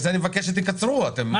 בגלל זה אני מבקש שתקצרו, כל אחד פה בנאום.